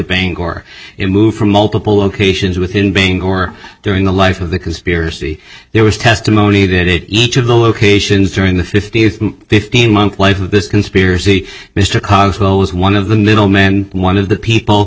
bangor it moved from multiple locations within bangor during the life of the conspiracy there was testimony to each of the locations during the fifteen fifteen month life of this conspiracy mr cogswell was one of the middlemen one of the people